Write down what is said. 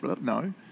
No